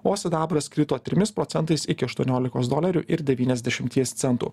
o sidabras krito trimis procentais iki aštuoniolikos dolerių ir devyniasdešimties centų